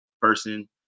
person